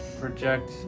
project